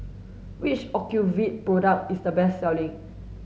which Ocuvite product is the best selling